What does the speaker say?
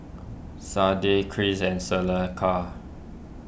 Sade Cris and Seneca